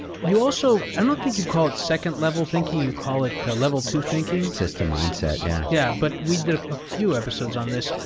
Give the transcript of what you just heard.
you also. i don't think you call it second-level thinking. you call it level two thinking. system mindset. yeah. yeah but we did a few episodes on this,